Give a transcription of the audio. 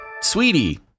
sweetie